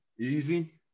Easy